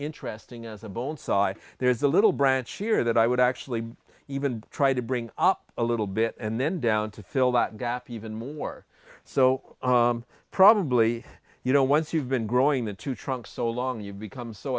interesting as a bone side there's a little branch here that i would actually even try to bring up a little bit and then down to fill that gap even more so probably you know once you've been growing into trunk so long you become so